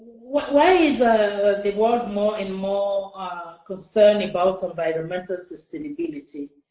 why is the world more and more concerned about environmental sustainability?